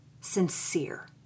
sincere